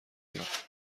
یافت